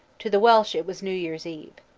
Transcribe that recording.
to the welsh it was new year's eve.